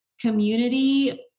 community